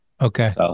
Okay